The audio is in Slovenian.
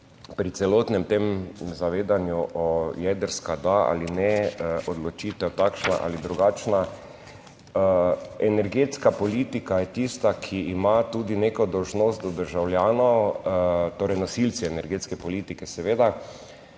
pri celotnem tem zavedanju o jedrska da ali ne odločitev, takšna ali drugačna, energetska politika je tista, ki ima tudi neko dolžnost do državljanov, torej nosilci energetske politike seveda